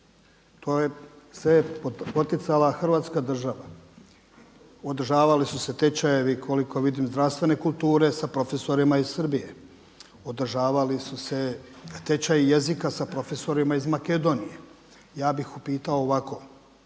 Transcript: To je sve poticala Hrvatska država, održavali su se tečajevi vidim zdravstvene kulture sa profesorima iz Srbije. Održavali su se tečaji jezika sa profesorima iz Makedonije. Ja bih upitao ovako,